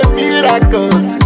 miracles